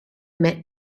met